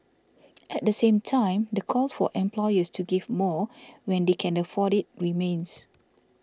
at the same time the call for employers to give more when they can afford it remains